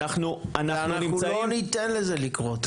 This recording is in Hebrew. ואנחנו לא ניתן לזה לקרות,